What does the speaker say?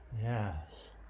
Yes